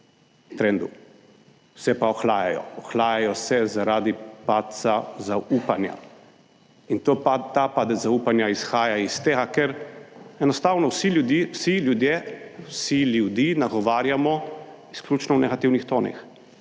trendu, se pa ohlajajo, ohlajajo se zaradi padca zaupanja in to pa ta padec zaupanja izhaja iz tega, ker enostavno vsi ljudi nagovarjamo izključno v negativnih tonih,